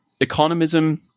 economism